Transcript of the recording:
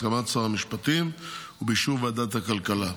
בהסכמת שר המשפטים ובאישור ועדת הכלכלה.